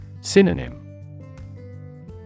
Synonym